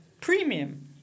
premium